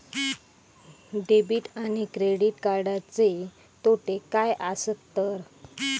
Debit आणि credit कार्डचे तोटे काय आसत तर?